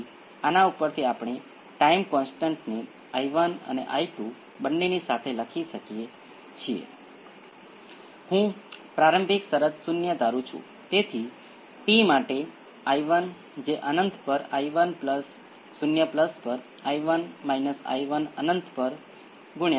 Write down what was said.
તેથી જો s એ p 1 ની બરાબર હોય તો આપણને A 1 A 3 t × exponential p 1 t exponential p 2 t મળશે